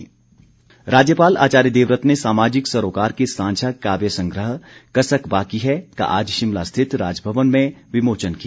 राज्यपाल राज्यपाल आचार्य देवव्रत ने सामाजिक सरोकार के सांझा काव्य संग्रह कसक बाकी है का आज शिमला स्थित राजभवन में विमोचन किया